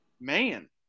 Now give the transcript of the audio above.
man